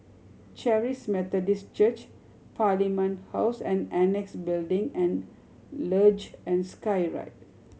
Charis Methodist Church Parliament House and Annexe Building and Luge and Skyride